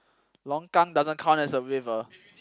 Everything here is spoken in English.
longkang doesn't count as a river